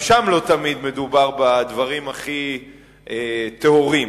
גם שם לא תמיד מדובר בדברים הכי טהורים.